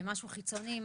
משהו חיצוני?